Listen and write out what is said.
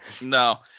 no